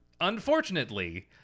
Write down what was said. unfortunately